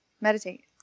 Meditate